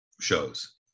shows